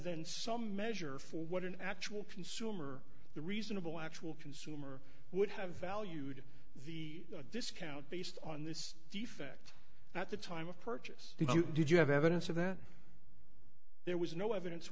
than some measure for what an actual consumer the reasonable actual consumer would have valued the discount based on this defect at the time of purchase if you did you have evidence of that there was no evidence